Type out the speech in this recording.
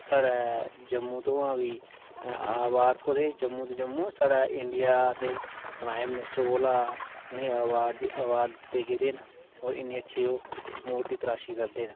साढ़ै जम्मू तो बी आर्वाड थ्होंऐ दे जम्मू जम्मू साढ़ै इंडियां दे प्राईम मटिस्टर कोलां उनें गी आवाड आवाड दित्तें गेदे न ओर इडियां च ओह् मूरती तराशी करदे न